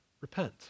repent